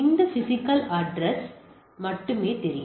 இந்த physical address மட்டுமே தெரியும்